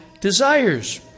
desires